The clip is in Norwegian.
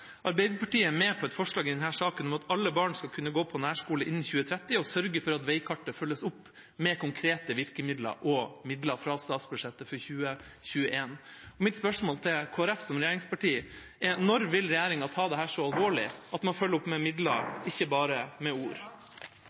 Arbeiderpartiet er med på et forslag i denne saken om at alle barn skal kunne gå på nærskole innen 2030, og at veikartet følges opp med konkrete virkemidler og midler fra statsbudsjettet for 2021. Mitt spørsmål til Kristelig Folkeparti som regjeringsparti er: Når vil regjeringa ta dette så alvorlig at man følger opp med midler, ikke bare med ord?